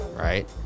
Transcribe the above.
right